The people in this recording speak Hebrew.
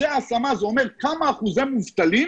זה אומר כמה אחוזי מובטלים